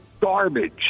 garbage